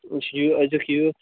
وُچھ یہِ أزیُک یہِ